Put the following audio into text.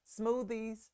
smoothies